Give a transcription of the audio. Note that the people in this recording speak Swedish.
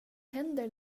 händer